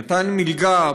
נתן מלגה,